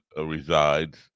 resides